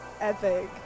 Epic